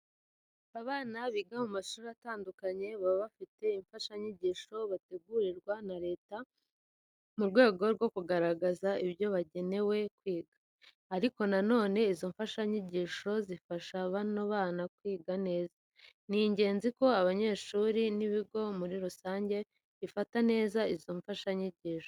Abana biga mu mashuri atandukanye baba bafite imfashanyigisho bategurirwa na Leta mu rwego rwo kugaragaza ibyo bagenewe kwiga. Ariko na none izo mfashanyigisho zifasha bano bana kwiga neza. Ni ingenzi ko abanyeshuri n'ibigo muri rusange bifata neza izo mfashanyigisho.